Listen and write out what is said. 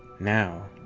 now,